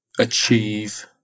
achieve